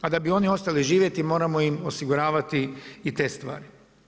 A da bi oni ostali živjeti moramo im osiguravati i te stvari.